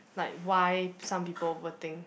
like why some people voting